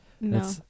No